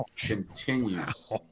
continues